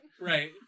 right